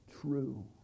true